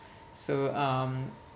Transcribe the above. so um